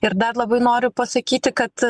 ir dar labai noriu pasakyti kad